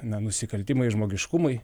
na nusikaltimai žmogiškumui